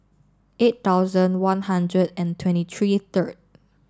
eight thousand one hundred and twenty three third